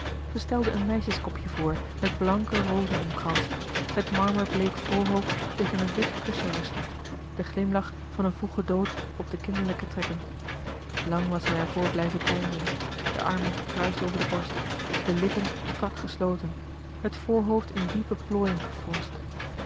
stelde een meisjeskopje voor met blanke rozen omkranst het marmerbleek voorhoofd tegen een wit kussen rustend den glimlach van een vroegen dood op de kinderlijke trekken lang was hij er voor blijven peinzen de armen gekruist over de borst de lippen strak gesloten het voorhoofd in diepe plooien gefronst